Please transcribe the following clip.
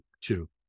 two